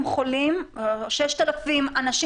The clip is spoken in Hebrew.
וכפי שידוע לי מדובר ב-5% עד 10% של אנשים